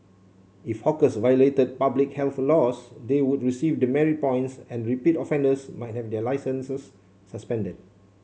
if hawkers violated public health laws they would receive demerit points and repeat offenders might have their licences suspended